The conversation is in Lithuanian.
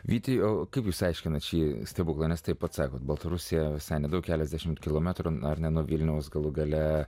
vyti o kaip jūs aiškinate šį stebuklą nes taip atsakote baltarusija visai nedaug keliasdešimt kilometrų ar ne nuo vilniaus galų gale